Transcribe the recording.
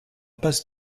passe